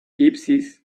gypsies